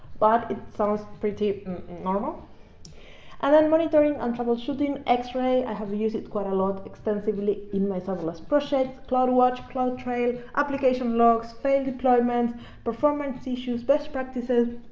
but it sounds pretty normal and then monitoring and troubleshooting x-ray have used it quite a lot extensively in my serverless project cloudwatch, cloudtrail, application logs. fail deployment performance issues best practices.